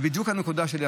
זו אפילו בדיוק הנקודה שלי.